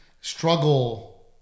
struggle